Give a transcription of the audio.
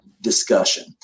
discussion